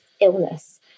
illness